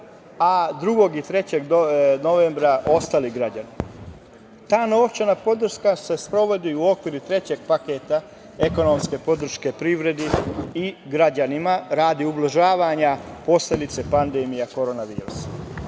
a 2. i 3. novembra ostali građani. Ta novčana podrška se sprovodi u okviru trećeg paketa ekonomske podrške privredi i građanima radi ublažavanja posledica pandemije korona virusa. Od